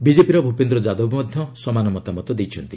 ବିଜେପିର ଭୂପେନ୍ଦ୍ର ଯାଦବ ମଧ୍ୟ ସମାନ ମତାମତ ଦେଇଛନ୍ତି